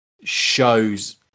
shows